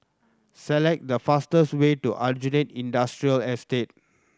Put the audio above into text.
select the fastest way to Aljunied Industrial Estate